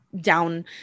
down